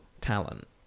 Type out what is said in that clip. talent